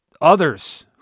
others